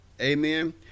amen